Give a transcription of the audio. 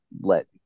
let